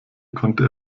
konnte